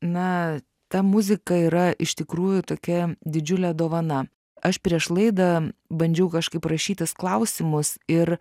na ta muzika yra iš tikrųjų tokia didžiulė dovana aš prieš laidą bandžiau kažkaip rašytis klausimus ir